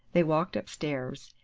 they walked upstairs,